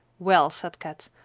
well, said kat,